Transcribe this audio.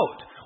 out